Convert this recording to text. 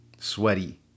sweaty